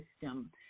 system